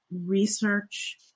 research